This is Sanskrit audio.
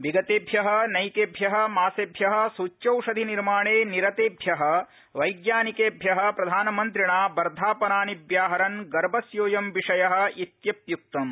विगतेभ्य नैकेभ्य मासेभ्य सुच्यौषधि निर्माणे निरतेभ्य वैज्ञानिकेभ्य प्रधानमंन्त्रिणा वर्षवनानि व्याहरन् गर्वस्योदयं विषय इत्यपि उक्तम्